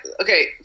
okay